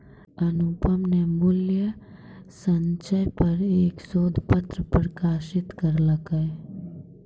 अनुपम न मूल्य संचय पर एक शोध पत्र प्रकाशित करलकय